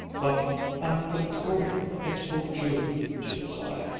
but aunt victoria, it's for judith to decide.